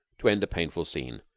to end a painful scene,